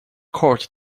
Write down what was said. court